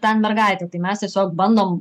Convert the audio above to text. ten mergaitė tai mes tiesiog bandom